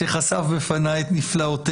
איזה הודעות ניתן לשלוח לבגיר שסירב,